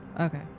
Okay